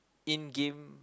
in game